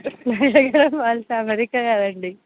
మాది అమెరికా కాదండి